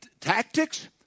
tactics